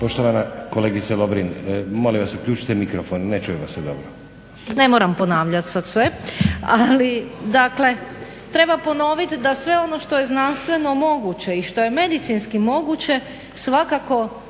Poštovana kolegice Lovrin molim vas uključite mikrofon, ne čuje vas se dobro. **Lovrin, Ana (HDZ)** Ne moram ponavljat sad sve, ali dakle treba ponovit da sve ono što je znanstveno moguće i što je medicinski moguće svakako